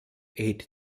eight